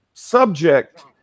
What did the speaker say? subject